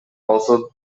also